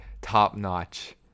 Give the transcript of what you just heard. top-notch